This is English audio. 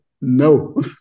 no